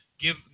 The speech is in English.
give